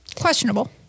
Questionable